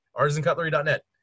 artisancutlery.net